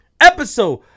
Episode